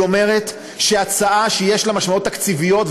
היא אומרת שהצעה שיש לה משמעויות תקציביות,